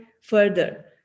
further